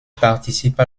participe